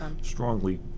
strongly